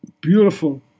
Beautiful